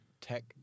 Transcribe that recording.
tech